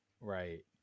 Right